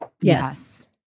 Yes